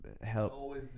Help